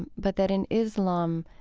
and but that in islam,